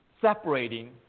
separating